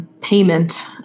payment